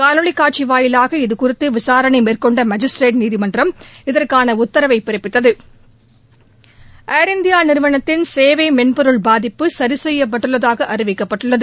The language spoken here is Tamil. காணொலி காட்சி வாயிலாக இது குறித்து விசாரணை மேற்கொண்ட மாஜிஸ்திரேட் நீதிமன்றம் இதற்கான உத்தரவை பிறப்பித்தது ஏர் இண்டியா நிறுவனத்தின் சேவை மென்பொருள் பாதிப்பு சரி செய்யப்பட்டுள்ளதாக அறிவிக்கப்பட்டுள்ளது